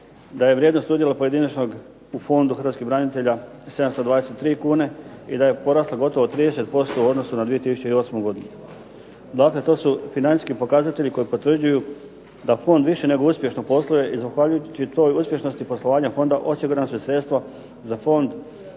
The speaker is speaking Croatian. da je vrijednost udjela pojedinačnog u Fondu hrvatskih branitelja 723 kune i da je porasla gotovo 30% u odnosu na 2008. godinu. Dakle, to su financijski pokazatelji koji potvrđuju da fond više nego uspješno posluje i zahvaljujući toj uspješnosti poslovanja fonda osigurana su sredstva za fond za stipendiranje